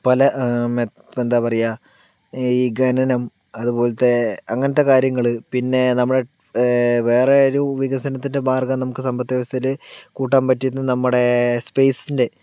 പല മെട് എന്താ പറയുക ഈ ഘനനം അതുപോലത്തെ അങ്ങനത്തെ കാര്യങ്ങള് പിന്നെ നമ്മളെ വേറെ ഒരു വികസനത്തിൻ്റെ മാർഗം നമ്മുക്ക് സമ്പത്ത് വ്യവസ്ഥയില് കൂട്ടാൻ പറ്റിയത് നമ്മടെ സ്പെയ്സിൻ്റെ